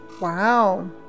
Wow